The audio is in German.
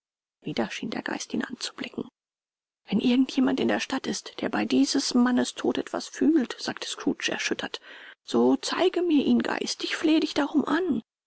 wieder schien der geist ihn anzublicken wenn irgend jemand in der stadt ist der bei dieses mannes tod etwas fühlt sagte scrooge erschüttert so zeige mir ihn geist ich flehe dich darum an